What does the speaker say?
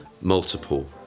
multiple